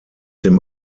dem